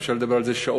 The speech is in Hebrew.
אפשר לדבר על זה שעות,